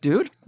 Dude